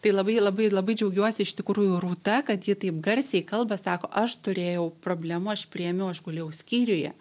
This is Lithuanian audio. tai labai labai labai džiaugiuosi iš tikrųjų rūta kad ji taip garsiai kalba sako aš turėjau problemų aš priėmiau aš gulėjau skyriuje